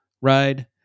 ride